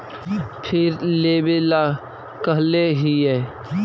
फिर लेवेला कहले हियै?